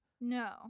No